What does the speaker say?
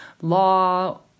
law